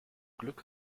glück